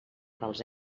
dels